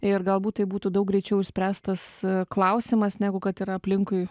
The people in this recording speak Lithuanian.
ir galbūt tai būtų daug greičiau išspręstas klausimas negu kad yra aplinkui